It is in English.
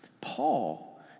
Paul